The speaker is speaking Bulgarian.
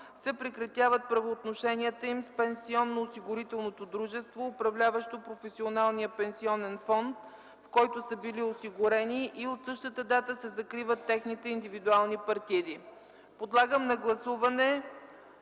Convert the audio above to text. се прекратяват правоотношенията им с пенсионно-осигурителното дружество, управляващо професионалния пенсионен фонд, в който са били осигурени, и от същата дата се закриват техните индивидуални партиди.” Подлагам на гласуване